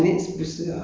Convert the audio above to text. by myself